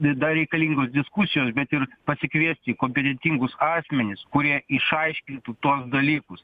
ir dar reikalingos diskusijos bet ir pasikviesti kompetentingus asmenis kurie išaiškintų tuos dalykus